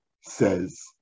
says